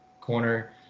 corner